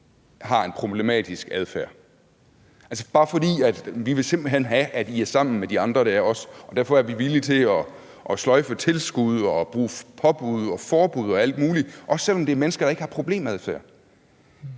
har en problematisk adfærd, altså bare fordi vi simpelt hen vil have, at de der er sammen med de andre der også, og derfor er vi villige til at sløjfe tilskud og bruge påbud og forbud og alt muligt, også selv om det er mennesker, der ikke har problemadfærd.